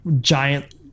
Giant